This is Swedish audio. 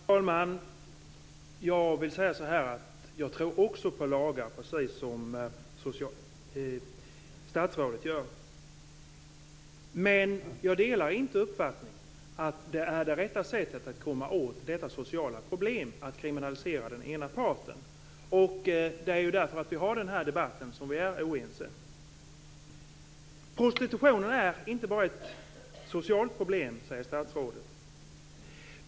Herr talman! Jag vill säga att också jag tror på lagar, precis som statsrådet gör. Men jag delar inte uppfattningen att det rätta sättet att komma åt detta sociala problem är att kriminalisera den ena parten. Vi har ju denna debatt därför att vi är oense. Prostitutionen är inte bara ett socialt problem, säger statsrådet.